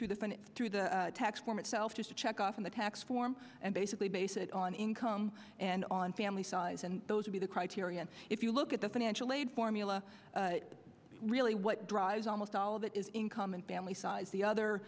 through the fund through the tax form itself just a check off in the tax form and basically base it on income and on family size and those to be the criteria if you look at the financial aid formula really what doctor almost all of it is income and family size the other